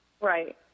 Right